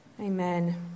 Amen